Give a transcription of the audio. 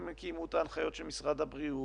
הם קיימו את ההנחיות של משרד הבריאות,